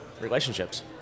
relationships